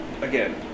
again